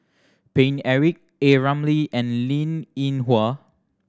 Paine Eric A Ramli and Linn In Hua